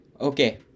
Okay